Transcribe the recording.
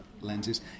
lenses